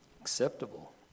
acceptable